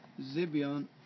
Zibion